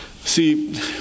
See